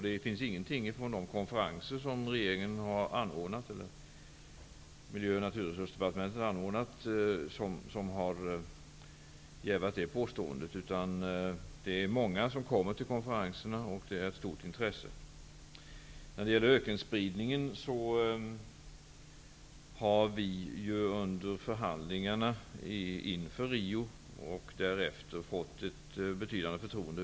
Det finns ingenting från de konferenser som regeringen eller Miljö och naturresursdepartementet har anordnat som jävar det påståendet. Det är många som kommer till konferenserna, och intresset är stort. När det gäller ökenspridningen kan jag säga att vi under förhandlingarna inför Riokonferensen, och även därefter, fått ett betydande förtroende.